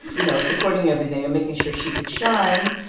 you know, supporting everything and making sure she could shine.